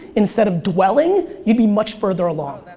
instead of dwelling, you'd be much further along.